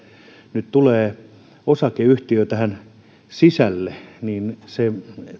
nyt tulee osakeyhtiö tähän sisälle niin se